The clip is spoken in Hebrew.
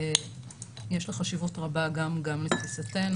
יש לה חשיבות רבה גם לתפיסתנו,